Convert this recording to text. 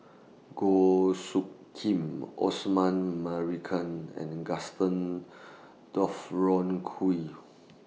Goh Soo Khim Osman Merican and Gaston